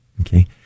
Okay